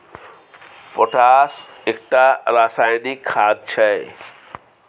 potash एकटा रासायनिक खाद छै